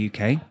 UK